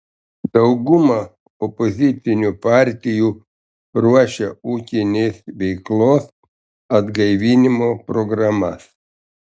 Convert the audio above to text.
dauguma opozicinių partijų ruošia ūkinės veiklos atgaivinimo programas